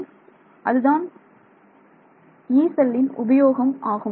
ஆகவே இதுதான் யீ செல்லின் உபயோகம் ஆகும்